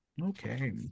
okay